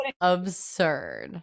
absurd